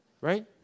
Right